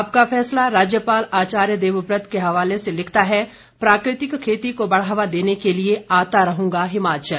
आपका फैसला राज्यपाल आचार्य देवव्रत के हवाले से लिखता है प्राकृतिक खेती को बढ़ावा देने के लिए आता रहूंगा हिमाचल